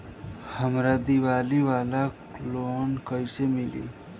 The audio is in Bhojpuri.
हमरा दीवाली वाला लोन कईसे मिली?